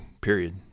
period